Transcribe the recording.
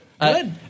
Good